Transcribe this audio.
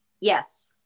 yes